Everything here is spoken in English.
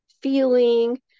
feeling